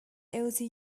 also